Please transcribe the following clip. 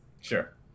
Sure